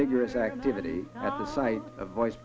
vigorous activity at the site of voice